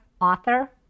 author